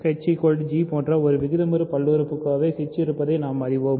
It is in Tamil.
fh g போன்ற ஒரு விகிதமுறு பல்லுறுப்புக்கோவை h இருப்பதை நாம் அறிவோம்